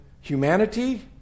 humanity